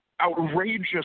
outrageous